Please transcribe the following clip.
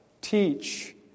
teach